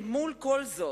אל מול כל זאת,